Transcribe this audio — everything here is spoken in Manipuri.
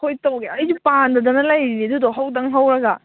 ꯍꯣꯏ ꯇꯧꯒꯦ ꯑꯩꯁꯨ ꯄꯥꯟꯗꯗꯅ ꯂꯩꯔꯤꯅꯤꯅꯦ ꯑꯗꯨ ꯍꯧꯗꯪ ꯍꯧꯔꯒ